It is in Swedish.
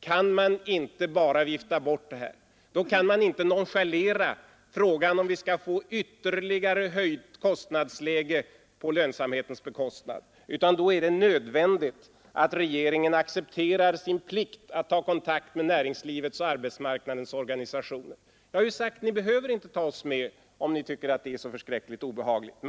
kan man inte bara vifta bort detta förslag om en konferens och då kan man inte nonchalera frågan om vi skall få ett ytterligare höjt kostnadsläge på lönsamhetens bekostnad, utan då är det nödvändigt att regeringen accepterar sin plikt att ta kontakt med näringslivets och arbetsmarknadens organisationer. Jag har sagt att ni behöver inte ta oss i oppositionen med, om ni tycker att det är så förskräckligt obehagligt.